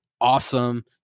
awesome